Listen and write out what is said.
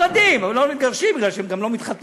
נפרדים אבל לא מתגרשים, כי הם גם לא מתחתנים.